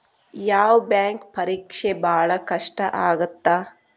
ಯಾವ್ ಬ್ಯಾಂಕ್ ಪರೇಕ್ಷೆ ಭಾಳ್ ಕಷ್ಟ ಆಗತ್ತಾ?